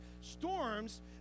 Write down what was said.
Storms